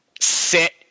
sit